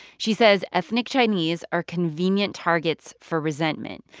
she says ethnic chinese are convenient targets for resentment.